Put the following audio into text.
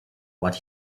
what